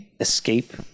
escape